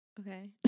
Okay